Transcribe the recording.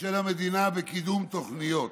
של המדינה בקידום תוכניות.